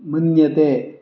मन्यते